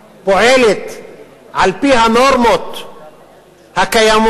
בשנת 2014 הוגשו עתירות המבקשות להורות על תיקון החוק בכל הקשור